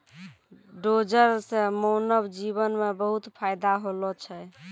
dozer सें मानव जीवन म बहुत फायदा होलो छै